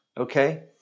Okay